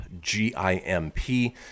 G-I-M-P